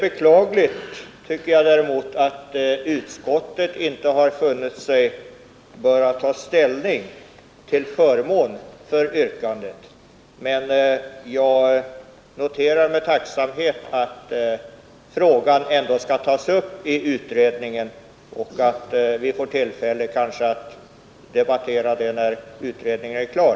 Däremot tycker jag det är beklagligt att utskottet inte har funnit sig böra ta ställning till förmån för motionsyrkandet, men jag noterar med tacksamhet att frågan ändå skall tas upp i utredningen och att vi kanske får tillfälle att debattera den när utredningen blir klar.